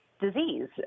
disease